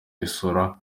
isura